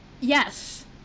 Yes